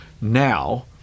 Now